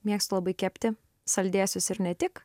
mėgstu labai kepti saldėsius ir ne tik